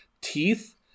teeth